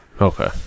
Okay